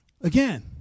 Again